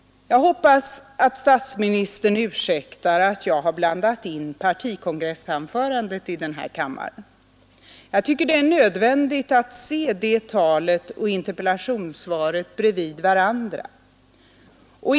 Jag hoppas att statsministern ursäktar att jag har blandat in partikongressanförandet i den här kammaren. Jag tycker att det är nödvändigt att se det talet och interpellationssvaret bredvid varandra.